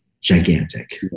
gigantic